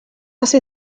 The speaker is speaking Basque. hasi